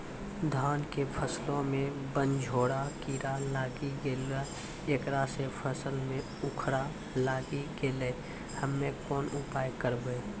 धान के फसलो मे बनझोरा कीड़ा लागी गैलै ऐकरा से फसल मे उखरा लागी गैलै हम्मे कोन उपाय करबै?